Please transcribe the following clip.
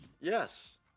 Yes